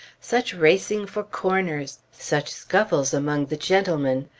such racing for corners! such scuffles among the gentlemen!